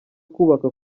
kubaka